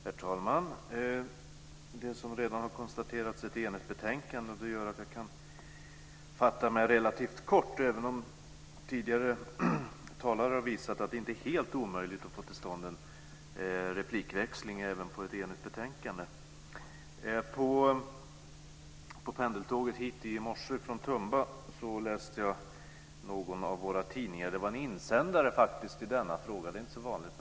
Herr talman! Det som redan har konstaterats i ett enigt betänkande gör att jag kan fatta mig relativt kort, även om tidigare talare har visat att det inte är helt omöjligt att få till stånd en replikväxling även om ett enigt betänkande. På pendeltåget hit från Tumba i morse läste jag någon av våra tidningar. Där var faktiskt en insändare i denna fråga, och det är inte så vanligt.